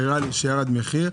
הראה לי שירד המחיר.